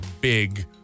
big